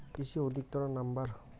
কৃষি অধিকর্তার নাম্বার?